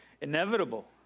Inevitable